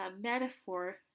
metaphor